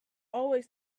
always